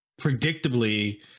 predictably